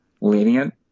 lenient